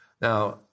Now